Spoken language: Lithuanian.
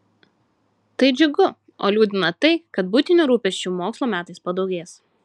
tai džiugu o liūdina tai kad buitinių rūpesčių mokslo metais padaugės